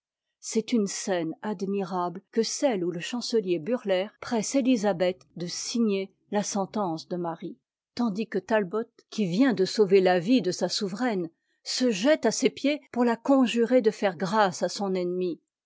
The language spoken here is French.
c'est une scène admirable que celle où le chancelier burleigh presse élisabeth de signer la sentence de marie tandis que talbot qui vient de sauver la vie de sa souveraine se jette à ses pieds pour la conjurer de faire grâce à son ennemie